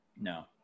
No